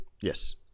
Yes